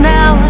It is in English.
Now